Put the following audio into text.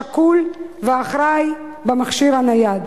שקול ואחראי במכשיר הנייד.